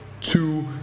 two